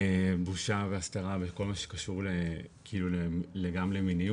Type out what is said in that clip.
בושה והסתרה וכל מה שקשור גם למיניות